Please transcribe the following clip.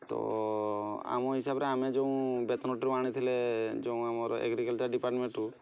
ତ ଆମ ହିସବରେ ଆମେ ଯେଉଁ ବେତନଠାରୁ ଆଣିଥିଲେ ଯେଉଁ ଆମର ଏଗ୍ରିକଲ୍ଚର୍ ଡିପାର୍ଟ୍ମେଣ୍ଟ୍ରୁ